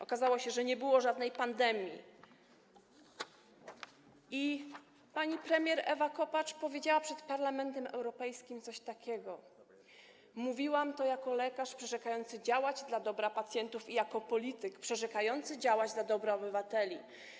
Okazało się, że nie było żadnej pandemii i pani premier Ewa Kopacz powiedziała przed Parlamentem Europejskim coś takiego: Mówiłam to jako lekarz przyrzekający działać dla dobra pacjentów i jako polityk przyrzekający działać dla dobra obywateli.